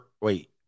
Wait